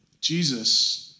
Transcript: Jesus